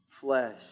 flesh